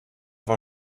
war